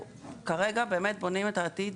כרגע באמת בונים את העתיד.